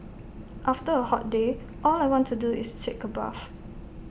after A hot day all I want to do is take A bath